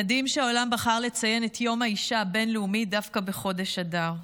מדהים שהעולם בחר לציין את יום האישה הבין-לאומי דווקא בחודש אדר,